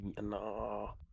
No